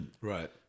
Right